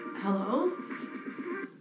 Hello